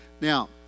Now